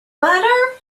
butter